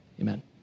Amen